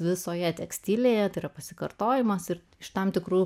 visoje tekstilėje tai yra pasikartojimas ir iš tam tikrų